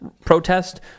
protest